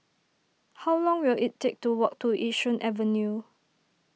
how long will it take to walk to Yishun Avenue